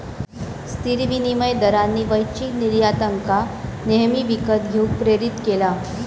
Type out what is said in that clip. स्थिर विनिमय दरांनी वैश्विक निर्यातकांका नेहमी विकत घेऊक प्रेरीत केला